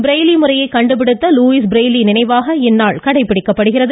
Braille முறையை கண்டுபிடித்த Louis Braille நினைவாக இத்தினம் கடைபிடிக்கப்படுகிறது